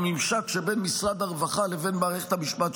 בממשק שבין משרד הרווחה לבין מערכת המשפט,